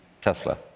Tesla